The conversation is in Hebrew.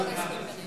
חיים.